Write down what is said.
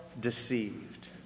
deceived